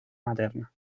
materna